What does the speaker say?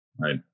right